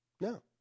no